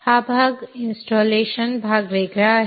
हा भाग हा इंस्टॉलेशन भाग एक वेळ आहे